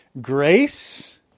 grace